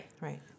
Right